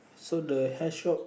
so the health shop